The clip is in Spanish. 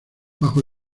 bajo